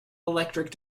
electric